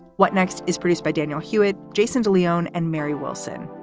what next is produced by daniel hewitt, jason de leon and mary wilson.